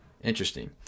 interesting